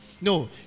No